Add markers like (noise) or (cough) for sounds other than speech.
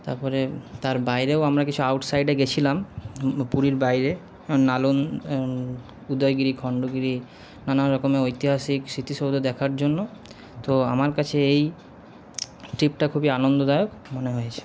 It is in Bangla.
তারপরে তার বাইরেও আমরা কিছু আউট সাইডে গিয়েছিলাম পুরীর বাইরে (unintelligible) উদয়গিরি খন্ড গিরি নানা রকমের ঐতিহাসিক স্মৃতিসৌধ দেখার জন্য তো আমার কাছে এই ট্রিপটা খুবই আনন্দদায়ক মনে হয়েছে